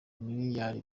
miliyari